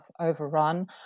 overrun